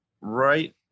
right